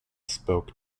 spoke